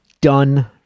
done